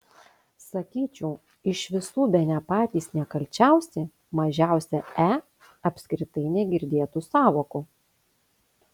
sakyčiau iš visų bene patys nekalčiausi mažiausia e apskritai negirdėtų sąvokų